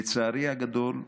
לצערי הגדול,